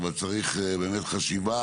אבל צריך חשיבה